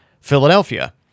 Philadelphia